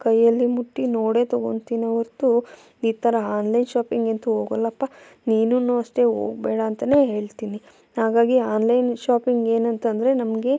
ಕೈಯ್ಯಲ್ಲಿ ಮುಟ್ಟಿ ನೋಡೆ ತಗೊಳ್ತೀನೇ ಹೊರ್ತು ಈ ಥರ ಆನ್ಲೈನ್ ಶಾಪಿಂಗ್ ಅಂತು ಹೋಗೋಲ್ಲಪ್ಪ ನೀನೂ ಅಷ್ಟೆ ಹೋಗ್ಬೇಡ ಅಂತಲೇ ಹೇಳ್ತೀನಿ ಹಾಗಾಗಿ ಆನ್ಲೈನ್ ಶಾಪಿಂಗ್ ಏನಂತ ಅಂದ್ರೆ ನಮಗೆ